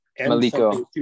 Maliko